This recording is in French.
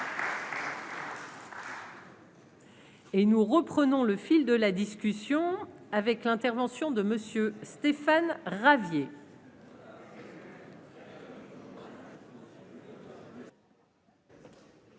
Et nous reprenons le fil de la discussion avec l'intervention de monsieur Stéphane Ravier.